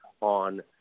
on